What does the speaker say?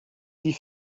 die